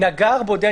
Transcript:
נגביל